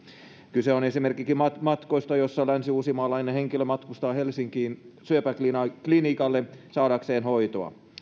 kyse on esimerkiksi matkoista joissa länsiuusimaalainen henkilö matkustaa helsinkiin syöpäklinikalle saadakseen hoitoa